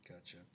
Gotcha